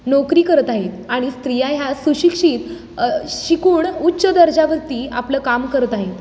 नोकरी करत आहेत आणि स्त्रिया ह्या सुशिक्षित शिकून उच्च दर्जावरती आपलं काम करत आहे